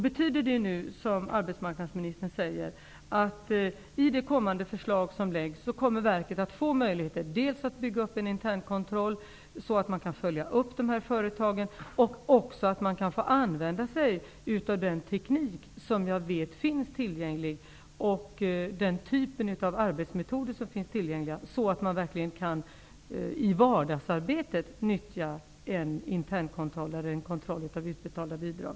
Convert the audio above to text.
Betyder det som arbetsmarknadsministern säger att det i det kommande förslaget skall ges möjligheter för verket dels att bygga upp en internkontroll så att man kan följa upp de här företagen, dels att få använda sig av den teknik och de arbetsmetoder, som jag vet finns tillgängliga, för att man i vardagsarbetet verkligen skall kunna nyttja en kontroll av utbetalda bidrag?